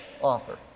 author